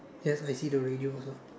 yes I see the radio also